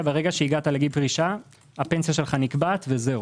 ברגע שהגעת לגיל פרישה הפנסיה שלך נקבעת וזהו.